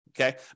Okay